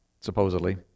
supposedly